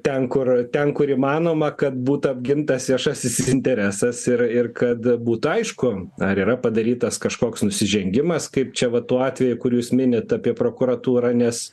ten kur ten kur įmanoma kad būtų apgintas viešasis interesas ir ir kad būtų aišku ar yra padarytas kažkoks nusižengimas kaip čia va tuo atveju kur jūs minit apie prokuratūrą nes